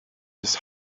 his